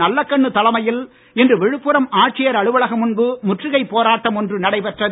நல்லக்கண்ணு தலைமையில் இன்று விழுப்புரம் ஆட்சியர் அலுவலகம் முன்பு முற்றுகை போராட்டம் ஒன்று நடைபெற்றது